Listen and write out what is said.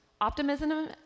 Optimism